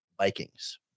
Vikings